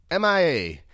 MIA